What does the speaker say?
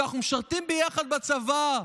שאנחנו משרתים ביחד בצבא,